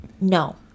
No